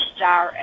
Star